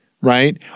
right